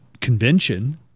convention